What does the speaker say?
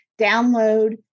download